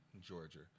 Georgia